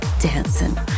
dancing